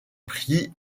prit